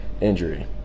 injury